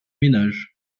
ménages